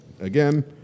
Again